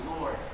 Lord